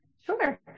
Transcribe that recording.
Sure